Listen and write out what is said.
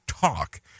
TALK